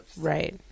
Right